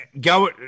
go